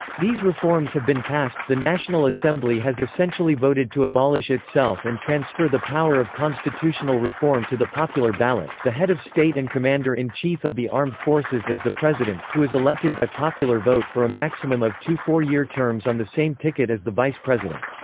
these reforms have been passed the national assembly has essentially voted to abolish itself and transfer the power of constitutional reform to the popular ballot the head of state and commander-in-chief of the armed forces is the president, who is elected by popular vote for a maximum of two four-year terms on the same ticket as the vice-president.